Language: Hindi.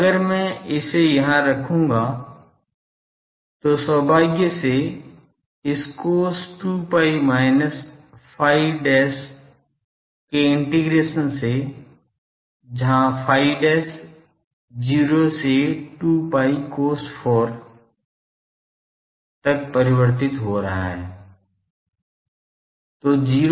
अब अगर मैं इसे यहाँ रखूँगा तो सौभाग्य से इस cos 2 phi minus phi dash के इंटीग्रेशन से जहाँ phi dash 0 से 2 pi cos 4 तक परिवर्तित हो रहा है